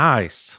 Nice